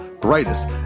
brightest